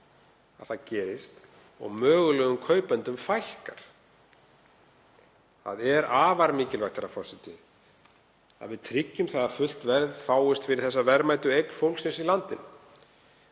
að það gerist og mögulegum kaupendum fækkar. Það er afar mikilvægt, herra forseti, að við tryggjum að fullt verð fáist fyrir þessa verðmætu eign fólksins í landinu.